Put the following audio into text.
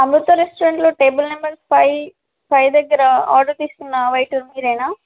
అమృత రెస్టారెంట్లో table number five five దగ్గర order తీసుకున్నాను వెయిటర్ మీరేనా